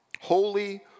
Holy